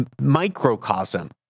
microcosm